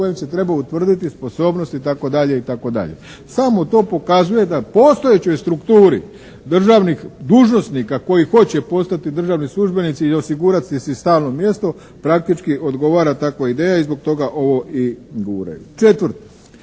kojem se treba utvrditi sposobnost itd., itd. Samo to pokazuje da postojećoj strukturi državnih dužnosnika koji hoće postati državni službenici i osigurati si stalno mjesto praktički odgovara takva ideja i zbog toga ovo i guraju. Četvrto,